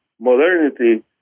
modernity